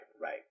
right